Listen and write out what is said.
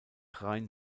rein